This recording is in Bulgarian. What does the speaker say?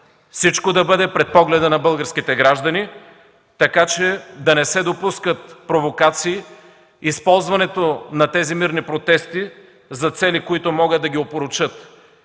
Всичко да бъде пред погледа на българските граждани, така че да не се допускат провокации, използването на тези мирни протести за цели, които могат да ги опорочат.